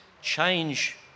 change